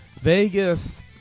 Vegas